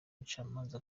mucamanza